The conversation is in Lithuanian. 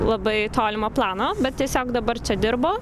labai tolimo plano bet tiesiog dabar čia dirbu